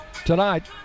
Tonight